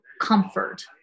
comfort